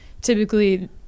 typically